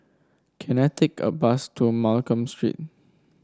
can I take a bus to Mccallum Street